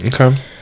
Okay